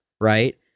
right